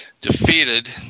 defeated